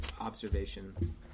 observation